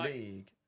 League